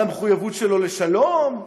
על המחויבות שלו לשלום,